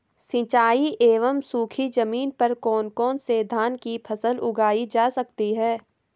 सिंचाई एवं सूखी जमीन पर कौन कौन से धान की फसल उगाई जा सकती है?